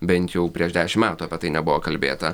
bent jau prieš dešimt metų apie tai nebuvo kalbėta